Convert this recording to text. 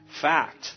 fact